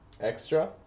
extra